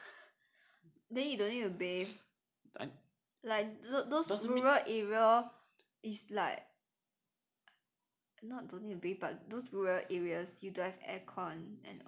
then you don't need to bathe like those those rural area is like not don't need to bathe but those rural areas you don't have aircon and all